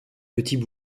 petits